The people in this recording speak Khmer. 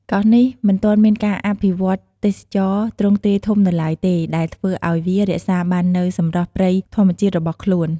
កោះនេះមិនទាន់មានការអភិវឌ្ឍន៍ទេសចរណ៍ទ្រង់ទ្រាយធំនៅឡើយទេ ដែលធ្វើឱ្យវារក្សាបាននូវសម្រស់ព្រៃធម្មជាតិរបស់ខ្លួន។